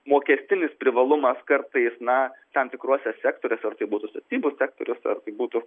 mokestinis privalumas kartais na tam tikruose sektoriuose būtų statybų sektorius ar tai būtų